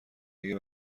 اگه